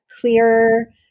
clear